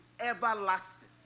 everlasting